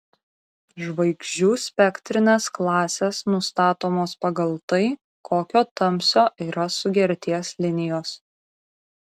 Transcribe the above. žvaigždžių spektrinės klasės nustatomos pagal tai kokio tamsio yra sugerties linijos